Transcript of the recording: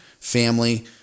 family